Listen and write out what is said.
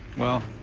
well,